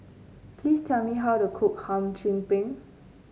please tell me how to cook Hum Chim Peng